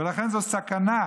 ולכן זו סכנה,